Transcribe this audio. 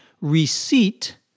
receipt